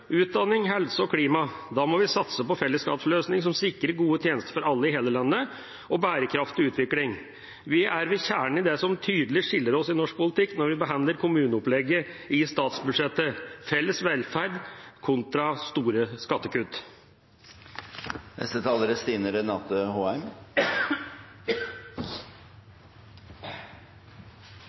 utdanning, helse og klima. Da må vi satse på fellesskapsløsninger som sikrer gode tjenester for alle i hele landet, og bærekraftig utvikling. Vi er ved kjernen i det som tydelig skiller oss i norsk politikk, når vi behandler kommuneopplegget i statsbudsjettet: felles velferd kontra store skattekutt.